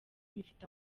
bifite